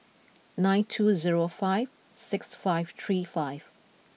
nine two zero five six five three five